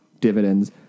dividends